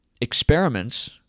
experiments